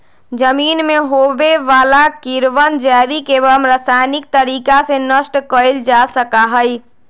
जमीन में होवे वाला कीड़वन जैविक एवं रसायनिक तरीका से नष्ट कइल जा सका हई